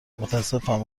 متاسفم